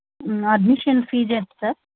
admission fee ఎంత sir